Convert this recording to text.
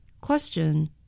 Question